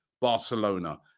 Barcelona